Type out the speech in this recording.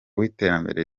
w’iterambere